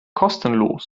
kostenlos